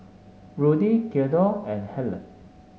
Rudy Thedore and Hale